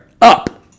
up